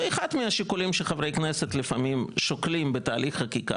ואחד מהשיקולים של חברי כנסת לפעמים שוקלים בתהליך חקיקה